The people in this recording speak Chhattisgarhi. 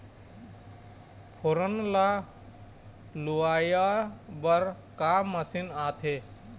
फोरन ला लुआय बर का मशीन आथे?